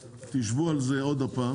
תשבו על זה עוד פעם,